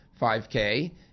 5K